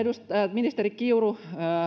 ministeri kiuru